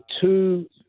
two